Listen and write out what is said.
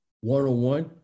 one-on-one